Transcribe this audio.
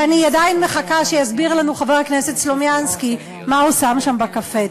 ואני עדיין מחכה שיסביר לנו חבר הכנסת סלומינסקי מה הוא שם שם בקפה.